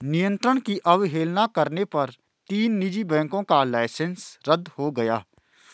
नियंत्रण की अवहेलना करने पर तीन निजी बैंकों का लाइसेंस रद्द हो गया